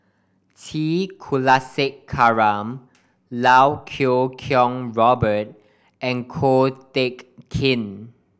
T Kulasekaram Iau Kuo Kwong Robert and Ko Teck Kin